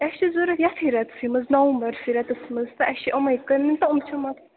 اَسہِ چھِ ضوٚرَتھ یَتھٕے رٮ۪تسٕے منٛز نَومبَرسٕے رٮ۪تَس منٛز تہٕ اَسہِ چھِ أمٕے کٕنٕنۍ تہٕ یِم چھِ